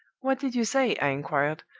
what did you say i inquired,